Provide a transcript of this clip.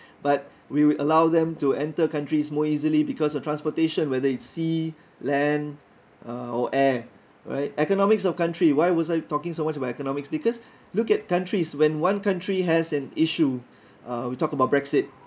but we would allow them to enter countries more easily because of transportation whether it's sea land uh or air right economics of country why was I talking so much about economics because look at countries when one country has an issue uh we talked about brexit